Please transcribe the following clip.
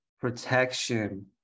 protection